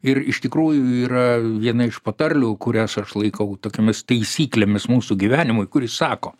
ir iš tikrųjų yra viena iš patarlių kurias aš laikau tokiomis taisyklėmis mūsų gyvenimui kuri sako